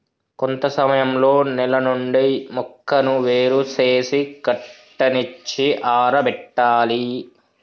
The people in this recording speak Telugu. కొంత సమయంలో నేల నుండి మొక్కను ఏరు సేసి కట్టనిచ్చి ఆరబెట్టాలి